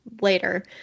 later